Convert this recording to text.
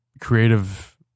creative